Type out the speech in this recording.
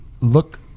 look